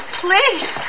please